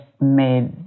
made